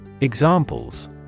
Examples